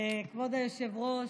כבוד היושב-ראש,